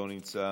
לא נמצא,